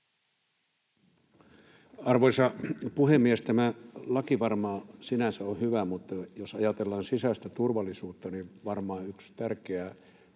Arvoisa puhemies! Tämä laki varmaan sinänsä on hyvä, mutta jos ajatellaan sisäistä turvallisuutta, niin varmaan yksi tärkeä